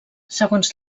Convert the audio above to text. segons